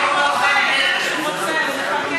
רבותי, שהוא לא משנה את זה.